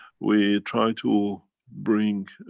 we try to bring